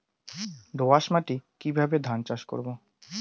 দোয়াস মাটি কিভাবে ধান চাষ করব?